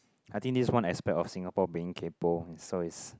I think this one aspect of Singapore being kaypo so is